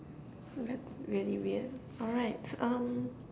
that's really weird alright um